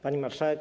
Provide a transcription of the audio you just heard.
Pani Marszałek!